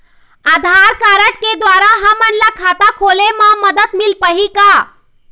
आधार card के द्वारा हमन ला खाता खोले म मदद मिल पाही का?